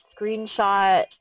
screenshot